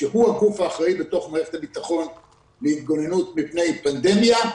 שהוא הגוף האחראי בתוך מערכת הביטחון להתגוננות מפני פנדמיה,